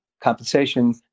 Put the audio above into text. compensation